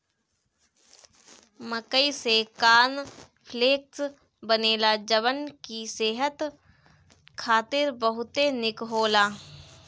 मकई से corn flakes बनेला जवन की सेहत खातिर बहुते निक होला